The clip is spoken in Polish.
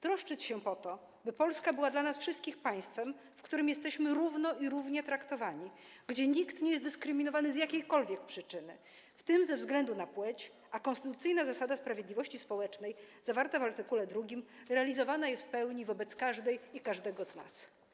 Troszczyć się po to, by Polska była dla nas wszystkich państwem, w którym jesteśmy równo traktowani, nikt nie jest dyskryminowany z jakiejkolwiek przyczyny, w tym ze względu na płeć, a konstytucyjna zasada sprawiedliwości społecznej zawarta w art. 2 realizowana jest w pełni wobec każdej i każdego z nas.